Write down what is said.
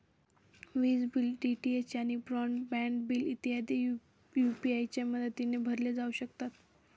विज bill, DTH आणि broadband bill इत्यादी बिल यू.पी.आय च्या माध्यमाने भरले जाऊ शकतात